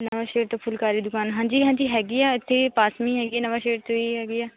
ਨਵਾਂਸ਼ਹਿਰ ਤੋਂ ਫੁੱਲਕਾਰੀ ਦੁਕਾਨ ਹਾਂਜੀ ਹਾਂਜੀ ਹੈਗੀ ਹੈ ਇੱਥੇ ਪਾਸ ਮੇ ਹੀ ਹੈਗੀ ਹੈ ਨਵਾਂਸ਼ਹਿਰ 'ਚ ਹੀ ਹੈਗੀ ਹੈ